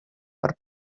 per